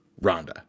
Rhonda